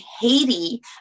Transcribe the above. Haiti